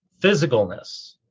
physicalness